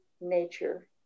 nature